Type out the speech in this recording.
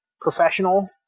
professional